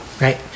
Right